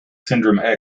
syndrome